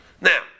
Now